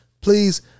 please